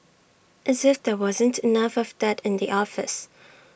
as if there wasn't enough of that in the office